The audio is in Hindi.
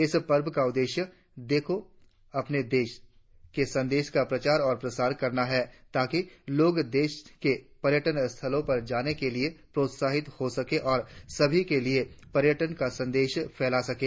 इस पर्व का उद्देश्य के संदेश का प्रचार और प्रसार करना है ताकि लोग देश के पर्यटन स्थलों पर जाने के लिए प्रोत्साहित हो सके और सभी के लिए पर्यटन का संदेश फैला सकें